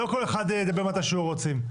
לא כל אחד ידבר מתי שהוא רוצה.